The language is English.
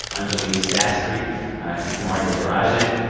anjuli sastry and kumari devarajan.